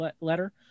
letter